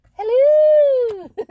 Hello